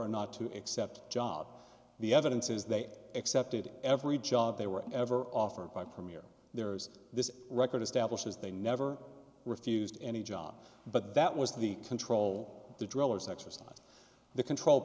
or not to accept a job the evidence is they accepted every job they were ever offered by premier there's this record establishes they never refused any job but that was the control of the drillers exercise the control